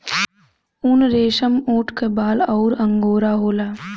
उनरेसमऊट क बाल अउर अंगोरा होला